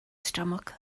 stomach